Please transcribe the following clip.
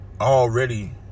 already